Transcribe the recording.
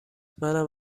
منم